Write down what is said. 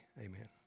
Amen